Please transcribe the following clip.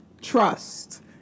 Trust